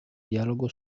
dialogo